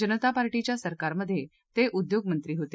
जनता पार्टीच्या सरकारमघे ते उद्योग मंत्री होते